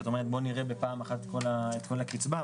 כי את אומרת: בוא נראה בפעם אחת את כל הקצבה,